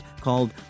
called